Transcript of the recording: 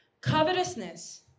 Covetousness